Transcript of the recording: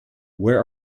where